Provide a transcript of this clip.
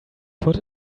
put